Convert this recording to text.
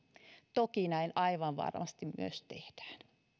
toki näin aivan varmasti myös tehdään